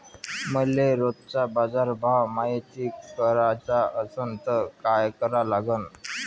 मले रोजचा बाजारभव मायती कराचा असन त काय करा लागन?